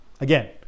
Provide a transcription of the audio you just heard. Again